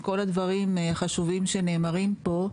עם כל הדברים החשובים שנאמרים פה,